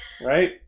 Right